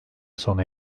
sona